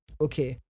okay